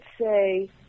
say